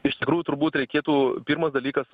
iš tikrųjų turbūt reikėtų pirmas dalykas